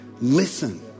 listen